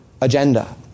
agenda